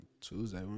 Tuesday